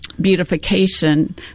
beautification